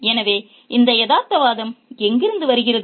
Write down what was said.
எனவே இந்த யதார்த்தவாதம் எங்கிருந்து வருகிறது